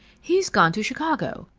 he's gone to chicago.